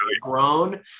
grown